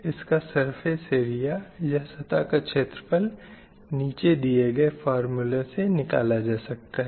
इसका surface area या सतह का छेत्रफल नीचे दिए गए फ़ॉर्म्युला से निकाला जा सकता है